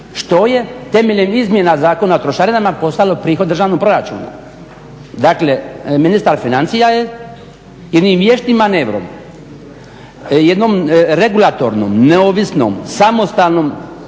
što je temeljem izmjena Zakona o trošarina postalo prihod državnom proračunu. Dakle ministar financija je jednim vještim manevrom, jednom regulatornom, neovisnom, samostalnom